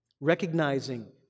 Recognizing